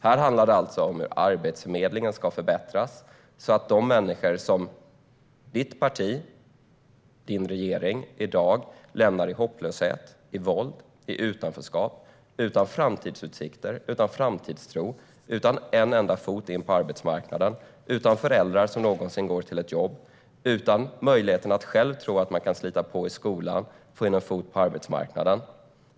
Här handlar det alltså om hur Arbetsförmedlingen ska förbättras så att de människor kan få hjälp som ditt parti, din regering, i dag lämnar i hopplöshet, i våld och i utanförskap och utan framtidsutsikter, utan föräldrar som någonsin går till ett jobb och utan tron till att man själv kan slita i skolan och få in en fot på arbetsmarknaden.